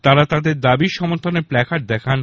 তারা তাদের দাবির সমর্থনে প্ল্যাকার্ড দেখান